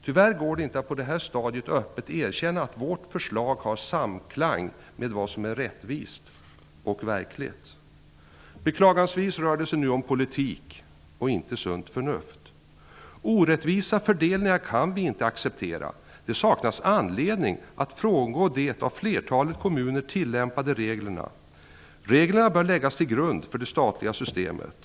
Tyvärr går det inte på detta stadium att öppet erkänna att vårt förslag har samklang med vad som är rättvist och verkligt. Beklagansvis rör det sig nu om politik och inte sunt förnuft. Orättvisa omfördelningar kan vi inte acceptera. Det saknas anledning att frångå de av flertalet kommuner tillämpade reglerna. De reglerna bör läggas till grund för de statliga systemet.